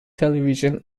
television